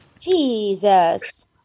Jesus